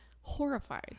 horrified